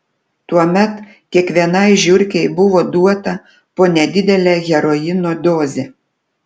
tuomet kiekvienai žiurkei buvo duota po nedidelę heroino dozę